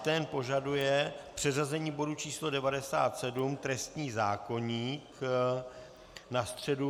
Ten požaduje přeřazení bodu číslo 97, trestní zákoník, na středu 14.30.